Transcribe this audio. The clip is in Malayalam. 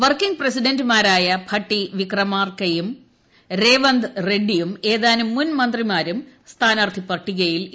വർക്കിംഗ് പ്രസിഡന്റ്മാരായ ഭട്ടി വിക്രമാർകയും രേവന്ദ് റെഡ്നിയും ഏതാനും മുൻ മന്ത്രിമാരും സ്ഥാനാർത്ഥി പട്ടികയിൽ ഇടം നേടിയിട്ടുണ്ട്